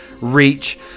reach